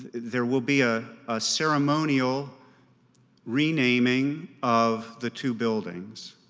there will be a ah ceremonial renaming of the two buildings,